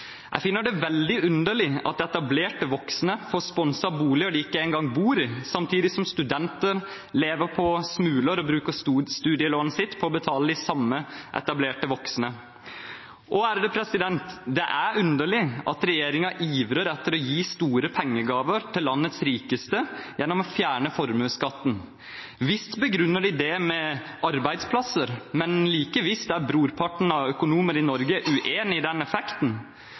Jeg finner det veldig underlig at etablerte voksne får sponset boliger de ikke engang bor i, samtidig som studenter lever på smuler og bruker studielånet sitt på å betale de samme etablerte voksne. Det er underlig at regjeringen ivrer etter å gi store pengegaver til landets rikeste gjennom å fjerne formuesskatten. Visst begrunner de det med arbeidsplasser, men like visst er brorparten av økonomer i Norge uenig i den effekten.